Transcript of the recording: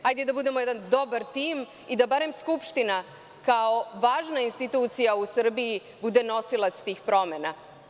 Hajde da budemo jedan dobar tim i da barem Skupština, kao važna institucija u Srbiji, bude nosilac tih promena.